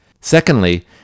Secondly